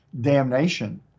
damnation